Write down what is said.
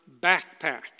backpack